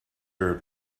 are